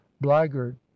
blackguard